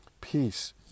peace